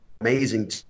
amazing